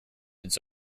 its